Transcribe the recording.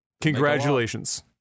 Congratulations